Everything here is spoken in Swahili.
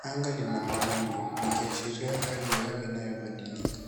Anga lina mawingu, likiashiria hali ya hewa inayobadilika.